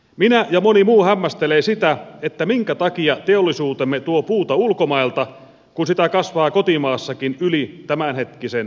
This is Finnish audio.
minä ja moni muu hämmästelemme sitä minkä takia teollisuutemme tuo puuta ulkomailta kun sitä kasvaa kotimaassakin yli tämänhetkisen oman tarpeen